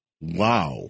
Wow